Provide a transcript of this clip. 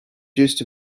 gist